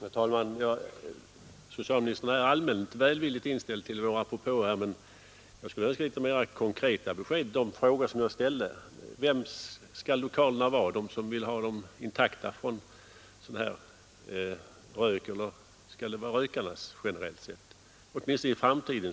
Herr talman! Socialministern är allmänt välvilligt inställd till våra propåer, men jag skulle önska litet mera konkreta svar på de frågor som jag ställde. Vems skall lokalerna vara, generellt sett — deras som vill ha dem intakta i fråga om frånvaro av rök, eller rökarnas?